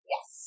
Yes